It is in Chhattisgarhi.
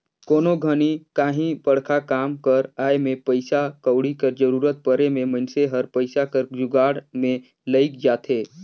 कोनो घनी काहीं बड़खा काम कर आए में पइसा कउड़ी कर जरूरत परे में मइनसे हर पइसा कर जुगाड़ में लइग जाथे